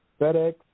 FedEx